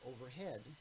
overhead